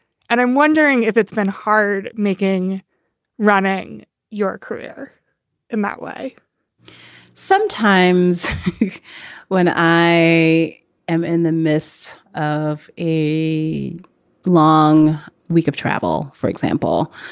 and i'm wondering if it's been hard making running your career in that way sometimes when i am in the midst of a long week of travel, for example,